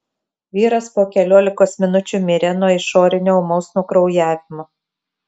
vyras po keliolikos minučių mirė nuo išorinio ūmaus nukraujavimo